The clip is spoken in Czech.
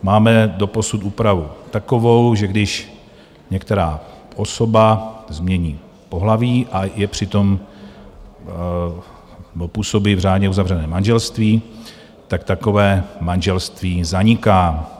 Máme doposud úpravu takovou, že když některá osoba změní pohlaví a přitom působí v řádně uzavřeném manželství, tak takové manželství zaniká.